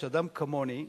אדם כמוני,